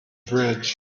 bridge